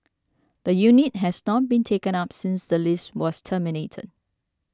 the unit has not been taken up since the lease was terminated